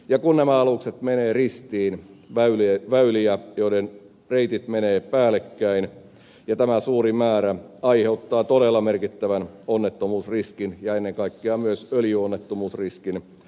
ja kun nämä alukset menevät ristiin väyliä reitit menevät päällekkäin niin tämä suuri määrä aiheuttaa todella merkittävän onnettomuusriskin ja ennen kaikkea myös öljyonnettomuusriskin